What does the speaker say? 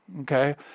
Okay